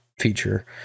feature